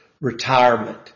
retirement